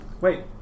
Wait